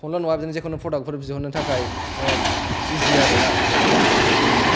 funnel' नङा जिखुनु फ्रदाकफोर बिहरनो थाखाय इजि आरो ना